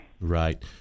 Right